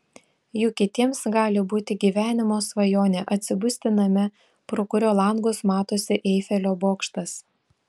juk kitiems gali būti gyvenimo svajonė atsibusti name pro kurio langus matosi eifelio bokštas